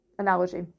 Analogy